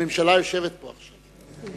הממשלה יושבת פה עכשיו.